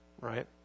right